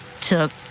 took